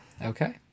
Okay